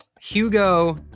Hugo